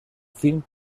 fin